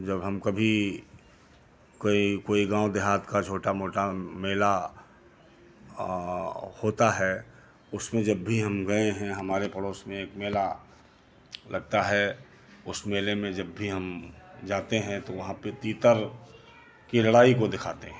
जब हम कभी कोई कोई गाँव देहात का छोटा मोटा मेला होता है उसमें जब भी हम गए हैं हमारे पड़ोस में मेला लगता है उस मेले में जब भी हम जाते हैं तो वहाँ पे तीतर की लड़ाई को दिखाते हैं